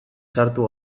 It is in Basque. sartu